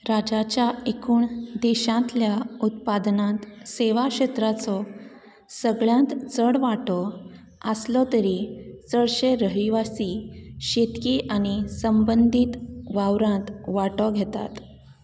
राज्याच्या एकूण देशांतल्या उत्पादनांत सेवा क्षेत्राचो सगळ्यांत चड वांटो आसलो तरीय चडशे रहिवासी शेतकी आनी संबंदीत वावरांत वांटो घेतात